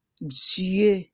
Dieu